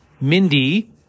Mindy